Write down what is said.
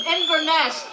Inverness